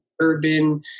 urban